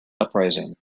uprising